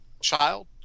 child